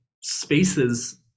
spaces